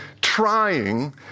trying